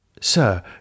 Sir